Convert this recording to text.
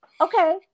Okay